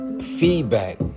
feedback